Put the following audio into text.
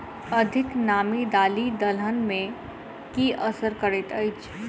अधिक नामी दालि दलहन मे की असर करैत अछि?